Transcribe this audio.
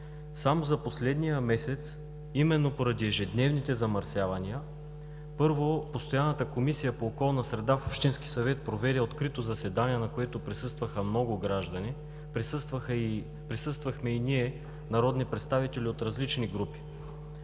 Само за последния месец именно поради ежедневните замърсявания, първо, постоянната Комисия по околна среда в Общинския съвет проведе открито заседание, на което присъстваха много граждани, присъствахме и ние – народни представители от различни групи.